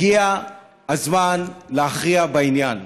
הגיע הזמן להכריע בעניין.